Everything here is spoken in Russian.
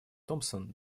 томпсон